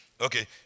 Okay